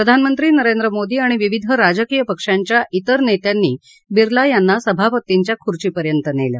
प्रधानमंत्री नरेंद्र मोदी आणि विविध राजकीय पक्षांच्या तिर नेत्यांनी बिर्ला यांना सभापतींच्या खुर्चीपर्यंत नेलं